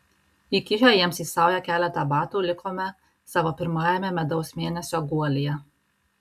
įkišę jiems į saują keletą batų likome savo pirmajame medaus mėnesio guolyje